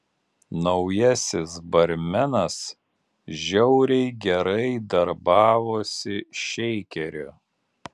naujasis barmenas žiauriai gerai darbavosi šeikeriu